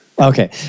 Okay